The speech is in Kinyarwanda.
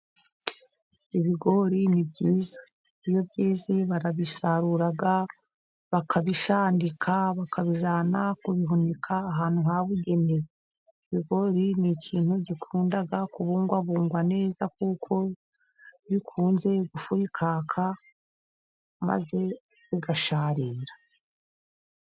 Ibigori ni byiza, iyo byeze barabisarura bakabishandika, bakabijyana kubihunika ahantu habugenewe, ibigori n'ikintu gikunda kubungwabungwa neza, kuko bikunze gufurikanga maze bigasharira.